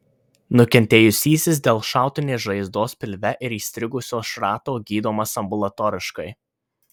nukentėjusysis dėl šautinės žaizdos pilve ir įstrigusio šrato gydomas ambulatoriškai